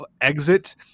exit